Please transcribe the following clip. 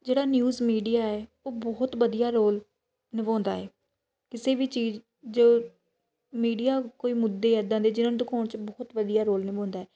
ਜਿਹੜਾ news media ਹੈ ਉਹ ਬਹੁਤ ਵਧੀਆ ਰੋਲ ਨਿਭਾਉਂਦਾ ਏ ਕਿਸੇ ਵੀ ਚੀਜ਼ ਜੋ ਮੀਡੀਆ ਕੋਈ ਮੁੱਦੇ ਇੱਦਾਂ ਦੇ ਜਿਨ੍ਹਾਂ ਨੂੰ ਦਿਖਾਉਣ 'ਚ ਵਧੀਆ ਰੋਲ ਨਿਭਾਉਂਦਾ ਹੈ